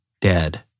dead